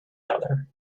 other